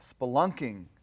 Spelunking